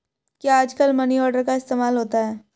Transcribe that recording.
क्या आजकल money order का इस्तेमाल होता है?